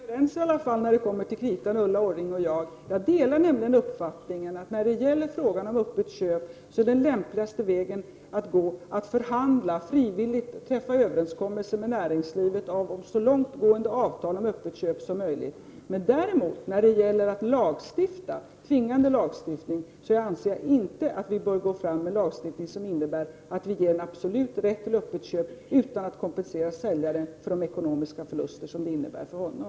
Herr talman! Ulla Orring och jag är tydligen överens när det kommer till kritan! Jag delar nämligen uppfattningen att den lämpligaste vägen att gå när det gäller frågan om öppet köp är att förhandla med näringslivet och träffa frivilliga och så långtgående överenskommelser som möjligt om öppet köp. Däremot anser jag inte att vi bör gå fram med tvingande lagstiftning som innebär att vi ger en absolut rätt till öppet köp utan att kompensera säljaren för de ekonomiska förluster som det innebär för honom.